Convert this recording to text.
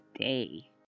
Day